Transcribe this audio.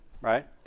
right